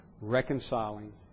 reconciling